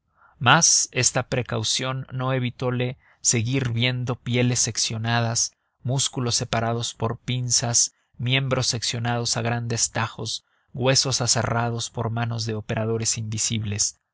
mas esta precaución no evitole seguir viendo pieles seccionadas músculos separados por pinzas miembros seccionados a grandes tajos huesos aserrados por manos de operadores invisibles